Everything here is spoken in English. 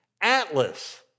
Atlas